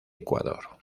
ecuador